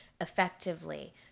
effectively